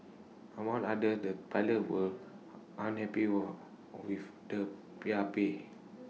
among other the pilots were unhappy were with the pay